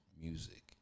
music